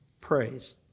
praise